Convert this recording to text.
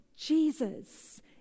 Jesus